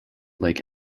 lake